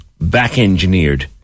back-engineered